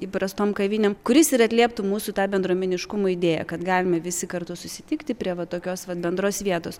įprastom kavinę kuris ir atlieptų mūsų tą bendruomeniškumo idėją kad galime visi kartu susitikti prie va tokios vat bendros vietos